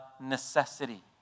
necessity